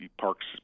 parks